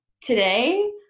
today